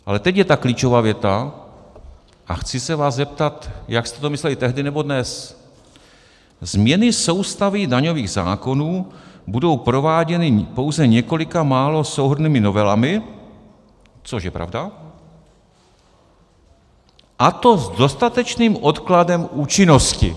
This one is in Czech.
Ale teď je ta klíčová věta a chci se vás zeptat, jak jste to mysleli tehdy, nebo dnes: Změny soustavy daňových zákonů budou prováděny pouze několika málo souhrnnými novelami což je pravda a to s dostatečným odkladem účinnosti.